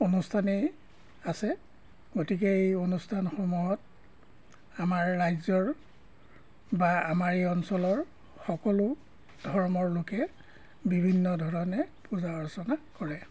অনুষ্ঠানেই আছে গতিকে এই অনুষ্ঠানসমূহত আমাৰ ৰাজ্যৰ বা আমাৰ এই অঞ্চলৰ সকলো ধৰ্মৰ লোকে বিভিন্ন ধৰণে পূজা অৰ্চনা কৰে